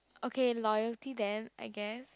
okay loyalty then I guess